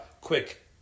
quick